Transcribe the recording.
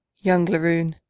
young laroon,